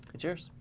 it's yours.